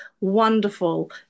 wonderful